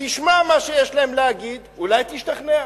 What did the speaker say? תשמע מה שיש להם להגיד, אולי תשתכנע.